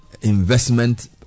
investment